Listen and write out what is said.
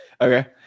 okay